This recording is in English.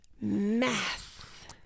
Math